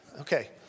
Okay